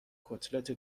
کتلت